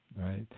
right